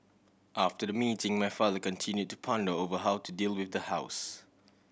after the meeting my father continue to ponder over how to deal with the house